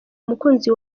umukunzi